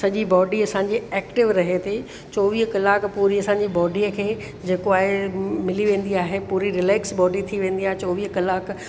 सॼी बॉडी असांजी एक्टिव रहे थी चोवीह कलाक पूरी असांजी बॉडीअ खे जेको आए मिली वेंदी आहे पूरी रिलैक्स बॉडी थी वेंदी आहे चोवीह कलाक